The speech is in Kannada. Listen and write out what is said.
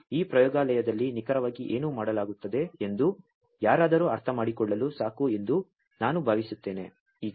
ಮತ್ತು ಈ ಪ್ರಯೋಗಾಲಯದಲ್ಲಿ ನಿಖರವಾಗಿ ಏನು ಮಾಡಲಾಗುತ್ತದೆ ಎಂದು ಯಾರಾದರೂ ಅರ್ಥಮಾಡಿಕೊಳ್ಳಲು ಸಾಕು ಎಂದು ನಾನು ಭಾವಿಸುತ್ತೇನೆ